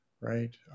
right